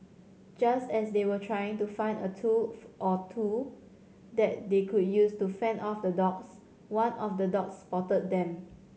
just as they were trying to find a tool or two that they could use to fend off the dogs one of the dogs spotted them